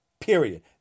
period